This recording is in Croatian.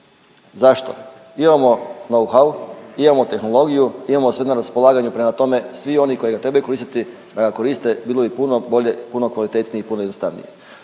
Zašto? Imamo know-how, imamo tehnologiju, imamo sve na raspolaganju prema tome svi oni koji ga trebaju koristiti da ga korite bilo bi puno bolje, puno kvalitetnije, puno jednostavnije.